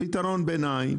פתרון ביניים,